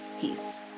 Peace